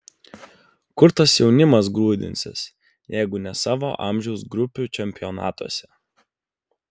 kur tas jaunimas grūdinsis jeigu ne savo amžiaus grupių čempionatuose